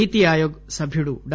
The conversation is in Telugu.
నీతి ఆయోగ్ సభ్యుడు డా